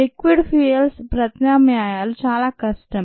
liquid fuels ప్రత్యామ్నాయాలు చాలా కష్టం